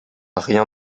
rien